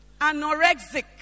anorexic